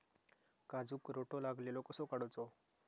काजूक रोटो लागलेलो कसो काडूचो?